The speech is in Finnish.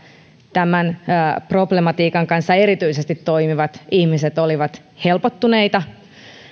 tämän problematiikan kanssa erityisesti toimivat ihmiset olivat helpottuneita